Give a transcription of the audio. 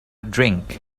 drink